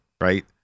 right